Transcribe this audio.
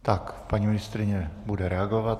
Tak paní ministryně bude reagovat.